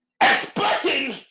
expecting